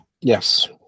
Yes